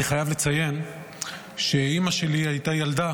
אני חייב לציין שאימא שלי הייתה ילדה